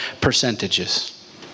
percentages